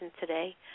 today